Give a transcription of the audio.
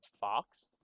fox